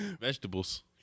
Vegetables